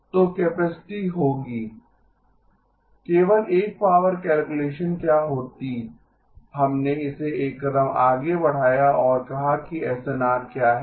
तो कैपेसिटी होगी केवल एक पावर कैलकुलेशन क्या होती हमने इसे एक कदम आगे बढ़ाया और कहा कि एसएनआर क्या है